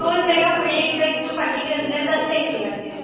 दोन बॅगा फुडें एक बॅग तूं फाटीं घेतल्या जातलें एक्टिवाचेर